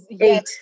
eight